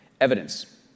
evidence